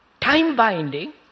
time-binding